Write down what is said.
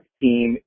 team